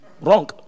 Wrong